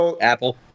Apple